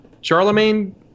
Charlemagne